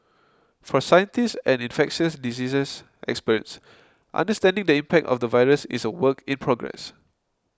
for scientists and infectious diseases experts understanding the impact of the virus is a work in progress